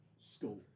School